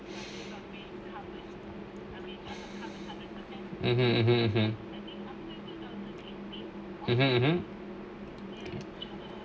(uh huh)